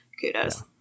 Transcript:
kudos